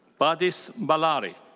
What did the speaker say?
pardis balari.